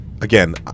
again